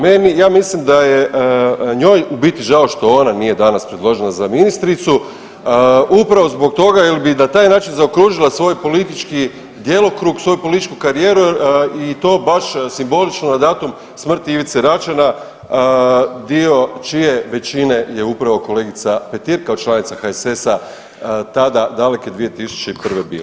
Meni, ja mislim da je njoj u biti žao što ona nije danas predložena za ministricu upravo zbog toga jer bi na taj način zaokružila svoj politički djelokrug, svoju političku karijeru i to baš simbolično, na datum smrti Ivice Račana, dio čije većine je upravo kolegica Petir kao članica HSS-a, tada daleke 2001. bila.